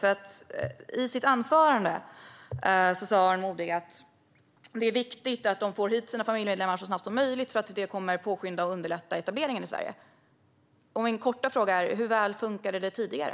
I sitt anförande sa Aron Modig att det är viktigt att asylsökande får hit sina familjemedlemmar så snabbt som möjligt, eftersom detta kommer att påskynda och underlätta etableringen i Sverige. Min korta fråga är: Hur väl funkade det tidigare?